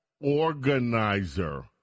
organizer